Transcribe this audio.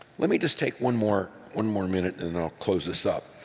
let me just take one more one more minute and i'll close this up.